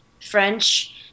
French